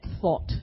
thought